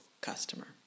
customer